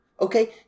Okay